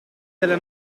della